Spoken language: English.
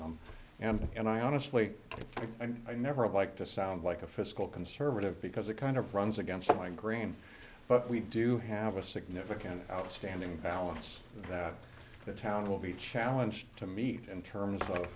them and i honestly i never like to sound like a fiscal conservative because it kind of runs against my grain but we do have a significant outstanding balance that the town will be challenged to meet in terms of